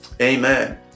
Amen